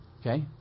Okay